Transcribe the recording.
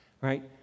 right